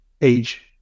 age